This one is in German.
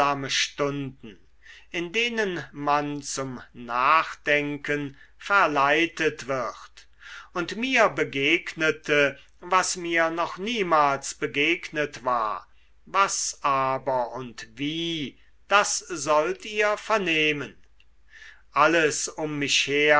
stunden in denen man zum nachdenken verleitet wird und mir begegnete was mir noch niemals begegnet war was aber und wie das sollt ihr vernehmen alles um mich her